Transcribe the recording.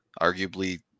Arguably